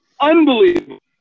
unbelievable